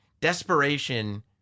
desperation